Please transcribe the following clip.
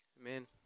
Amen